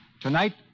Tonight